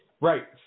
Right